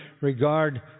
regard